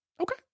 okay